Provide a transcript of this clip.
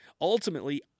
Ultimately